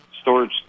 storage